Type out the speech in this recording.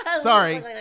Sorry